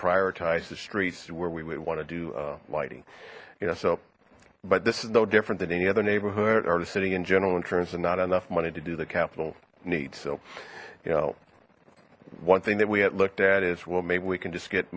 prioritize the streets where we would want to do lighting you know so but this is no different than any other neighborhood or the city in general insurance and not enough money to do the capital needs so you know one thing that we had looked at is well maybe we can just get